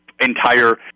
entire